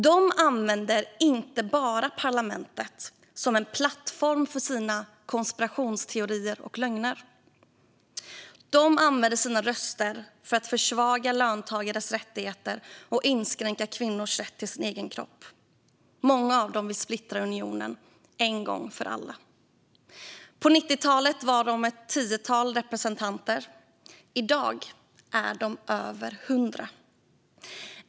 De använder parlamentet inte bara som en plattform för sina konspirationsteorier och lögner. De använder sina röster för att försvaga löntagares rättigheter och inskränka kvinnors rätt till sin egen kropp. Många av dem vill splittra unionen en gång för alla. På 90-talet var de ett tiotal representanter. I dag är de över 100.